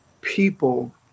people